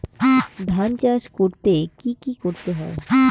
ধান চাষ করতে কি কি করতে হয়?